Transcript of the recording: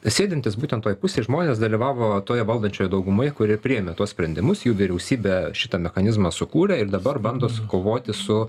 sėdintys būtent toj pusėj žmonės dalyvavo toje valdančiojoje daugumoje kuri ir priėmė tuos sprendimus jų vyriausybė šitą mechanizmą sukūrė ir dabar bando sukovoti su